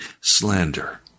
Slander